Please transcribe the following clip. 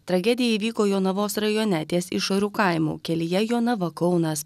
tragedija įvyko jonavos rajone ties išorų kaimu kelyje jonava kaunas